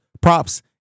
props